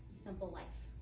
simple life.